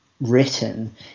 written